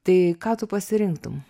tai ką tu pasirinktum